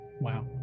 Wow